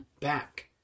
back